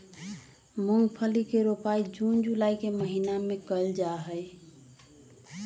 मूंगफली के रोपाई जून जुलाई के महीना में कइल जाहई